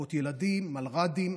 מחלקות ילדים, מלר"דים,